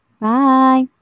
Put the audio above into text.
Bye